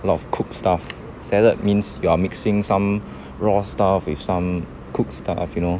lot of cooked stuff salad means you are mixing some raw stuff with some cooked stuff you know